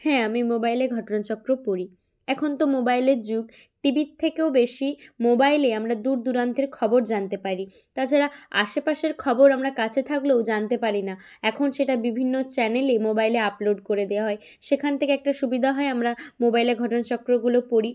হ্যাঁ আমি মোবাইলে ঘটনাচক্র পড়ি এখন তো মোবাইলের যুগ টিভির থেকেও বেশি মোবাইলে আমরা দূর দূরান্তের খবর জানতে পারি তাছাড়া আশেপাশের খবর আমরা কাছে থাকলেও জানতে পারি না এখন সেটা বিভিন্ন চ্যানেলে মোবাইলে আপলোড করে দেওয়া হয় সেখান থেকে একটা সুবিধা হয় আমরা মোবাইলে ঘটনাচক্রগুলো পড়ি